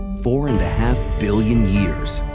four-and-a-half billion years.